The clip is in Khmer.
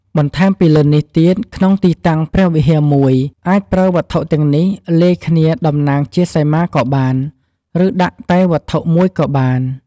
បន្ថែមពីលើនេះទៀតក្នុងទីតាំងព្រះវិហារមួយ អាចប្រើវត្ថុទាំងនេះ លាយគ្នាដំណាងជាសីមាក៏បាន ឬដាក់តែវត្ថុ១ក៏បាន។